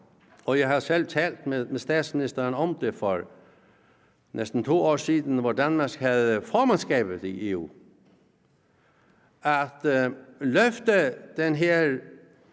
og jeg har selv talt med statsministeren om det for næsten 2 år siden, hvor Danmark havde formandskabet i EU, om at løfte den her